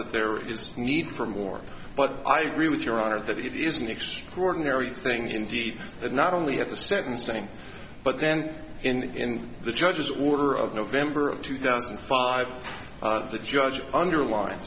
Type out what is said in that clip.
that there is a need for more but i agree with your honor that it is an extraordinary thing indeed that not only at the sentencing but then in the judge's order of november of two thousand and five the judge underline